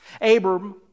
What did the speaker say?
Abram